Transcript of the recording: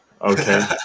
Okay